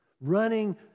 running